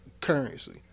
currency